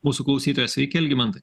mūsų klausytojas sveiki algimantai